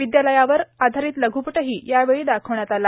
विद्यालयावर आधारीत लघ्रपटही दाखवण्यात आला